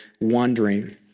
wandering